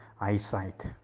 eyesight